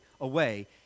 away